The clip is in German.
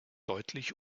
deutlich